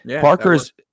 Parker's